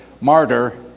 martyr